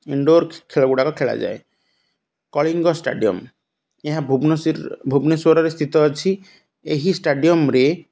indoor ଖେଳଗୁଡ଼ାକ ଖେଳାଯାଏ Kalinga stadium ଏହା ଭୁବନେଶ୍ଵର ଭୁବନେଶ୍ୱରରେ ସ୍ଥିିତ ଅଛି ଏହି ଷ୍ଟାଡ଼ିୟମ୍ରେ